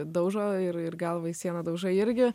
daužo ir ir galvą į sieną daužai irgi